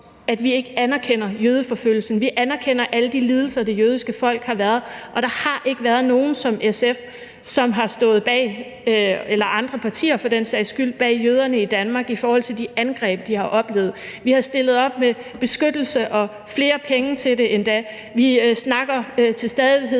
at vi ikke anerkender jødeforfølgelser – vi anerkender alle de lidelser, som det jødiske folk har været igennem. Og der har ikke været nogen – eller andre partier for den sags skyld – der som SF har stået bag jøderne i Danmark i forhold til de angreb, de har oplevet. Vi har stillet op med beskyttelse og flere penge til det endda. Vi snakker til stadighed